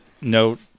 note